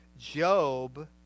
Job